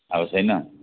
आएको छैन